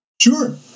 Sure